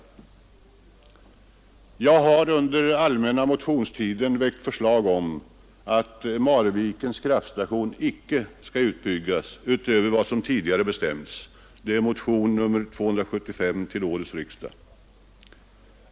Jag har under allmänna motionstiden väckt förslag om att Marvikens kraftverk inte skall utbyggas utöver vad som tidigare bestämts. Det är motion nr 275 till årets riksdag.